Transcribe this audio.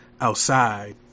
outside